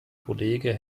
kollege